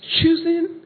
Choosing